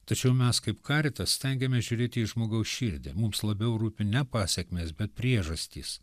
tačiau mes kaip karitas stengiamės žiūrėti į žmogaus širdį mums labiau rūpi ne pasekmes bet priežastys